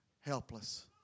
helpless